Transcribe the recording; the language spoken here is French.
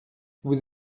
vous